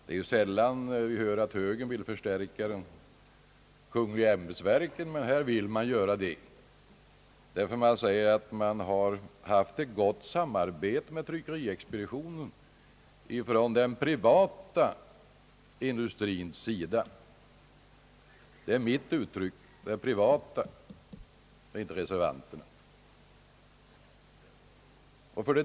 Det är ju sällan man hör att högern vill förstärka ett kungl. ämbetsverk, men här vill högern det. Man säger att man haft ett gott samarbete med tryckeri expeditionen från den privata industrins sida. »Den privata» är mitt uttryck, inte reservanternas.